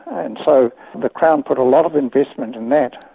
and so the crown put a lot of investment in that,